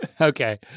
Okay